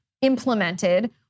implemented